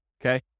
okay